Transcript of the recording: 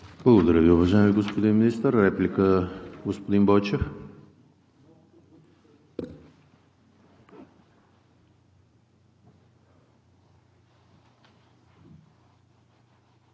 Благодаря Ви, уважаеми господин Министър. Реплика, господин Бойчев.